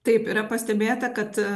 taip yra pastebėta kad